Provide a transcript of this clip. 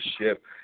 ship